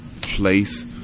place